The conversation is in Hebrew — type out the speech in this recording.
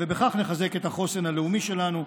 בכך נחזק את החוסן הלאומי שלנו,